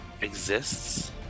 exists